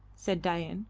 said dain,